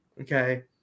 Okay